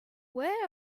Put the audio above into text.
where